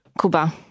Cuba